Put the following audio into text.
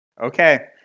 okay